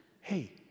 Hey